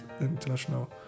International